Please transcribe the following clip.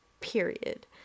period